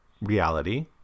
reality